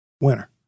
winner